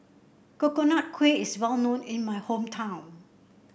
Coconut Kuih is well known in my hometown